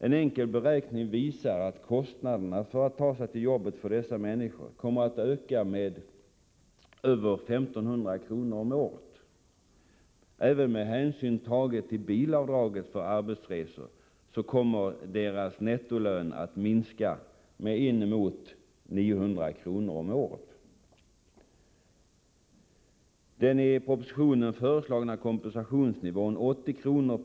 En enkel beräkning visar att kostnaderna för dessa människor för att ta sig till jobbet kommer att öka med över 1 500 kr. om året. Även med hänsyn tagen till bilavdraget för arbetsresor, kommer deras nettolön att minska med inemot 900 kr. om året. Den i propositionen föreslagna kompensationsnivån, 80 kr.